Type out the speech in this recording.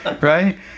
right